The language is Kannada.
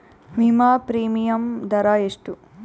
ವಿಮಾ ಪ್ರೀಮಿಯಮ್ ದರಾ ಎಷ್ಟು?